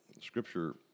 Scripture